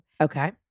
Okay